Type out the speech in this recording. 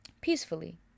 Peacefully